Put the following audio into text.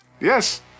Yes